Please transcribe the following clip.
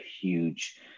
huge